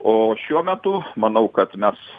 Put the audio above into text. o šiuo metu manau kad mes